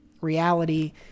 reality